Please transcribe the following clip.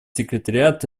секретариат